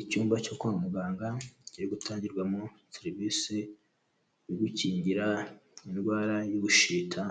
Icyumba cyo kwa muganga kiri gutangirwamo serivisi yo gukingira indwara y'ubushita,